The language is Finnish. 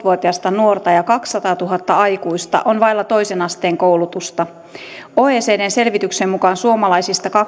vuotiasta nuorta ja kaksisataatuhatta aikuista on vailla toisen asteen koulutusta oecdn selvityksen mukaan suomalaisista